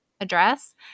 address